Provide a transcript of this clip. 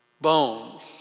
bones